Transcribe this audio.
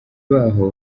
baho